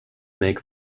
make